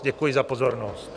Děkuji za pozornost.